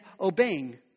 obeying